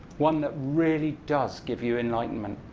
one that really does give you enlightenment.